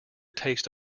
taste